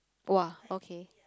!woah! okay